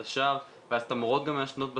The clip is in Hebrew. השער ואז את המורות גם מעשנות בשער,